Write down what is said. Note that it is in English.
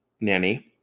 nanny